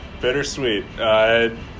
bittersweet